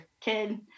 kid